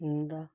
ਹੁੰਦਾ